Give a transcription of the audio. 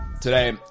today